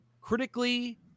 critically